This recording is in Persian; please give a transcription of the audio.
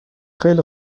خیلی